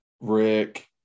Rick